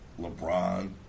LeBron